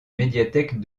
médiathèque